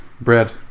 bread